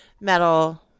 metal